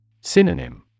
Synonym